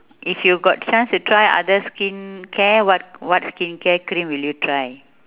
if you got chance to try other skin care what what skin care cream would you try